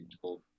told